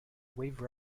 wave